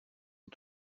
est